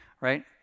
right